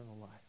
life